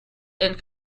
and